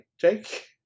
Jake